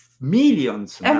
millions